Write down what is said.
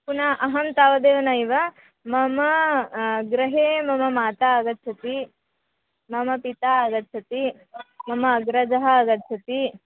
पुनः अहं तावदेव नैव मम गृहे मम माता आगच्छति मम पिता आगच्छति मम अग्रजः आगच्छति